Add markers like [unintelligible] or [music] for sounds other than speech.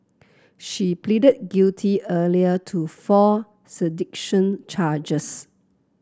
she pleaded guilty earlier to four [unintelligible] charges